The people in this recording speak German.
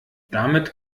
damit